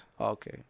Okay